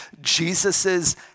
Jesus's